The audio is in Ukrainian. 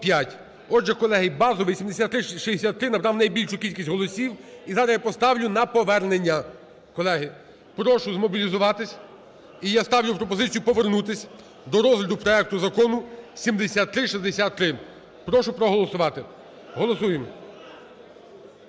Отже, колеги, базовий 7363 набрав найбільшу кількість голосів. І зараз я поставлю на повернення, колеги. Прошу змобілізуватись. І я ставлю пропозицію повернутись до розгляду проекту Закону 7363. Прошу проголосувати, голосуємо.